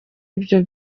ibyo